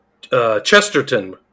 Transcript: Chesterton